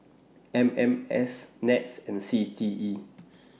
M M S Nets and C T E